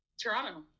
Toronto